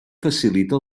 facilita